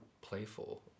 playful